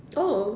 oh